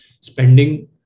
spending